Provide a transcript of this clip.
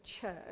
church